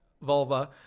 vulva